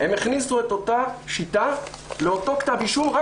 הם הכניסו את אותה שיטה לאותו כתב אישום רק